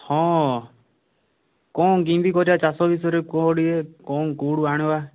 ହଁ କ'ଣ କେମିତି କରିବା ଚାଷ ବିଷୟରେ କୁହ ଟିକିଏକ'ଣ କେଉଁଠୁ ଆଣିବା